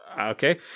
okay